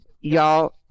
y'all